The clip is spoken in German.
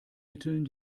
mitteln